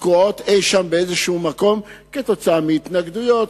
תקועות אי-שם באיזה מקום: בגלל התנגדויות,